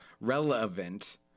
relevant